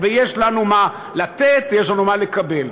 ויש לנו מה לתת ויש לנו מה לקבל.